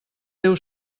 teu